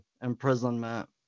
imprisonment